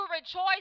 rejoice